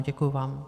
Děkuji vám.